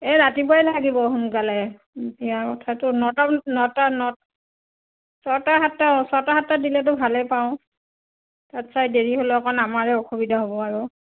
এই ৰাতিপুৱাই লাগিব সোনকালে ইয়াৰ উঠা নটা নটা ছটা সাতটাত ছটা সাতটাত দিলেটো ভালেই পাওঁ তাতছে দেৰি হ'লে আমাৰে অসুবিধা হ'ব আৰু